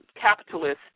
Capitalist